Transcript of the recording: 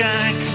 Jack